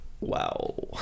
Wow